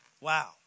Wow